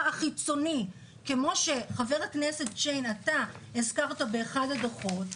החיצוני כמו שחבר הכנסת שיין הזכרת באחד הדוחות,